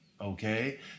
okay